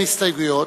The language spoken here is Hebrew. הסתייגויות,